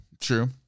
true